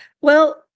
Well-